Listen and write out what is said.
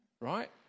right